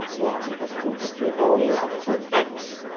one and plus two plus three all the way up to x.